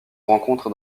rencontre